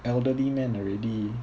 elderly man already